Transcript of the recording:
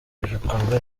ibikorwa